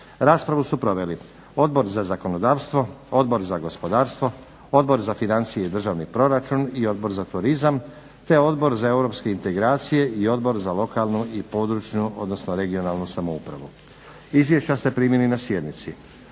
zakonu su proveli Odbor za zakonodavstvo, Odbor za gospodarstvo, Odbor za financije i državni proračun i Odbor za turizam te Odbor za europske integracije i Odbor za lokalnu, područnu odnosno regionalnu samoupravu. Izvješća radnih tijela primili ste na sjednici.